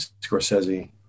Scorsese